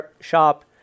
shop